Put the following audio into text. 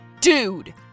Dude